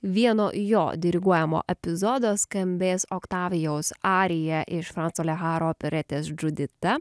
vieno jo diriguojamo epizodo skambės oktavijaus arija iš franco leharo operetės džudita